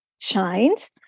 shines